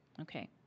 Okay